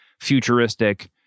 futuristic